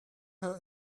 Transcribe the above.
her